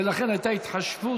ולכן הייתה התחשבות,